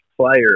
player